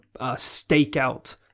stakeout